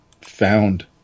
found